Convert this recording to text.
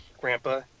grandpa